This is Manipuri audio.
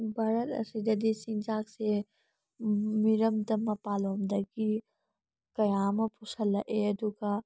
ꯚꯥꯔꯠ ꯑꯁꯤꯗꯗꯤ ꯆꯤꯟꯖꯥꯛꯁꯦ ꯃꯤꯔꯝꯗ ꯃꯄꯥꯜꯂꯣꯝꯗꯒꯤ ꯀꯌꯥ ꯑꯃ ꯄꯨꯁꯤꯜꯂꯛꯑꯦ ꯑꯗꯨꯒ